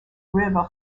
river